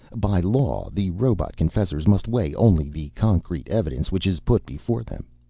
by law, the robot-confessors must weigh only the concrete evidence which is put before them.